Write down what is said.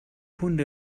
hunde